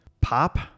Pop